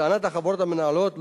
לטענת החברות המנהלות,